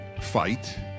fight